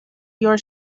your